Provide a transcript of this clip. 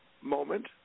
moment